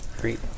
Great